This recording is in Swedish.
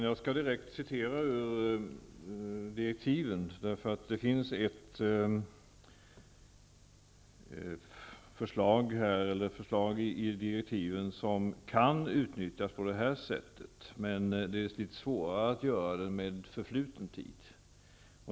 Herr talman! Jag har direktiven här. Det finns ett förslag i direktiven som kan utnyttjas på det sättet. Men det är svårare när de gäller förfluten tid.